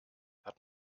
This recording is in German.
hat